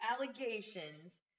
allegations